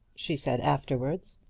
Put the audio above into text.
she said afterwards.